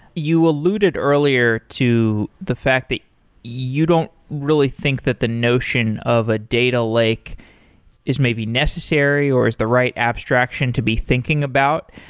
you alluded earlier to the fact that you don't really think that the notion of a data lake is maybe necessary or is the right abstraction to be thinking about.